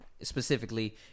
specifically